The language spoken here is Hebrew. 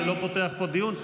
אני לא פותח פה דיון.